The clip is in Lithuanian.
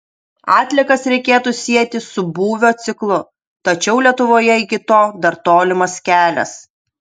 atliekas reikėtų sieti su būvio ciklu tačiau lietuvoje iki to dar tolimas kelias